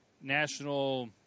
national –